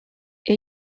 html